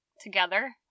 together